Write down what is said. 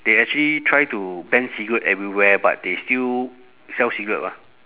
they actually try to ban cigarette everywhere but they still sell cigarette mah